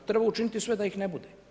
Treba učiniti sve da ih ne bude.